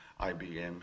IBM